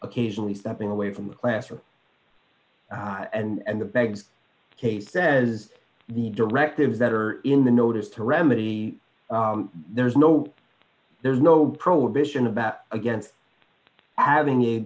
occasionally stepping away from the classroom and the bags kate says the directives that are in the notice to remedy there's no there's no prohibition about against having a